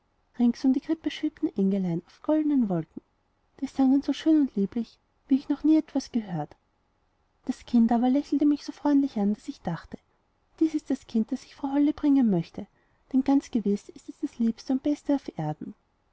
rings um die krippe schwebten engelein auf goldnen wolken die sangen so schön und lieblich wie ich noch nie etwas gehört das kind aber lächelte mich so freundlich an daß ich dachte dies ist das kind das ich frau holle bringen möchte denn ganz gewiß ist es das liebste und beste auf erden